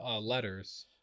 letters